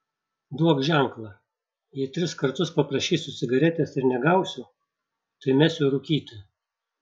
duok ženklą jei tris kartus paprašysiu cigaretės ir negausiu tai mesiu rūkyti